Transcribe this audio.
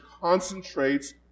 concentrates